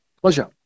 Pleasure